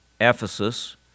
Ephesus